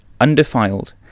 undefiled